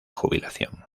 jubilación